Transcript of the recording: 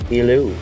Hello